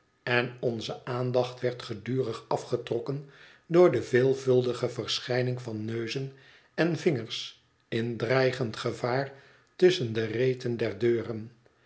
en onze aandacht werd gedurig afgetrokken door de veelvuldige verschijning van neuzen en vingers in dreigend gevaar tusschen de reten der deuren